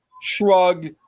Shrug